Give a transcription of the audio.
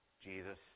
Jesus